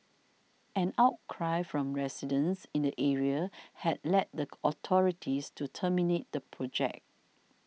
an outcry from residents in the area had led the authorities to terminate the project